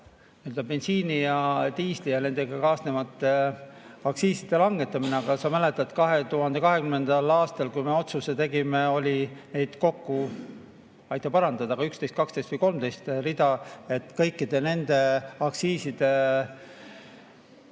bensiini ja diisli ja nendega kaasnevate aktsiiside langetamine. Aga nagu sa mäletad, 2020. aastal, kui me otsuse tegime, oli neid kokku – aita parandada – kas 11, 12 või 13 rida. Kõikide nende aktsiiside